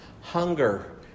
hunger